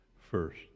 first